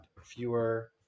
fewer